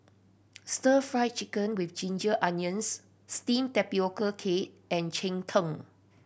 Stir Fry Chicken with ginger onions steamed tapioca cake and cheng tng